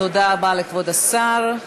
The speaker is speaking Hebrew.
תודה רבה לכבוד השר.